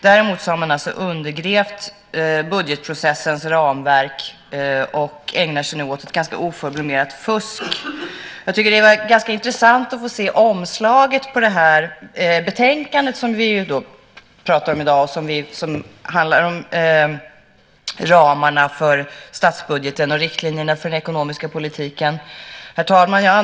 Däremot har man alltså undergrävt budgetprocessens ramverk och ägnar sig nu åt ett ganska oförblommerat fusk. Jag tycker att det var ganska intressant att se omslaget på det här betänkandet, som vi pratar om i dag och som handlar om ramarna för statsbudgeten och riktlinjerna för den ekonomiska politiken. Herr talman!